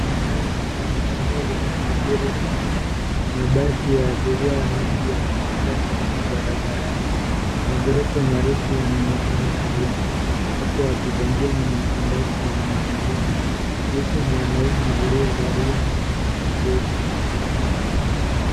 Masaa ya mchana. Eneo lina shughuli nyingi . Mabasi ya abiria mengi yemepanga foleni barabarani. Maghorofa marefu yanaonekana karibu. Wapo wapita njia na makondakta wanatembea. Yupo mwanaume aliyevalia shati jeupe na kofia.